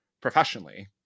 professionally